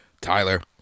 Tyler